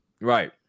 Right